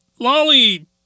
Lolly